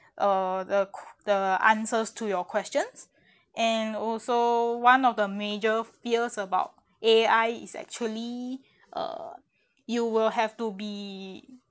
uh the que~ the answers to your questions and also one of the major fears about A_I is actually uh you will have to be